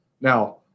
Now